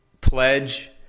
pledge